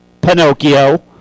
Pinocchio